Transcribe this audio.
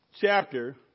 chapter